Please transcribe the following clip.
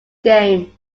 game